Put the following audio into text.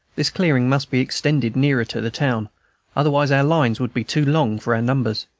this clearing must be extended nearer to the town otherwise our lines would be too long for our numbers.